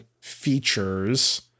features